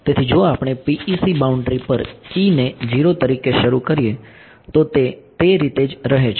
તેથી જો આપણે PEC બાઉન્ડ્રી પર E ને 0 તરીકે શરૂ કરીએ તો તે તે રીતે જ રહે છે